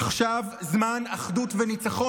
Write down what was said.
עכשיו זמן אחדות וניצחון,